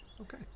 Okay